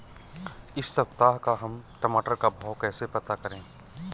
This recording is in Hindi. इस सप्ताह का हम टमाटर का भाव कैसे पता करें?